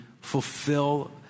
fulfill